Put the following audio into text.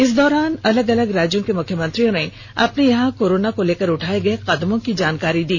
इस दौरान अलग अलग राज्यों के मुख्यमंत्रियों ने अपने यहां कोरोना को लेकर उठाए गए कदमों की जानकारी दी